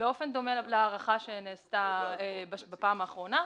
באופן דומה להארכה שנעשתה בפעם האחרונה.